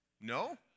No